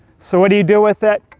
so what do you do with it?